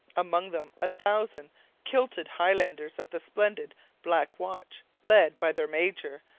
among them a thousand kilted highlanders of the splendid black watch led by their major,